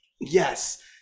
yes